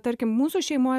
tarkim mūsų šeimoj